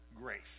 grace